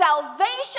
salvation